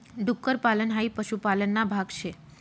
डुक्कर पालन हाई पशुपालन ना भाग शे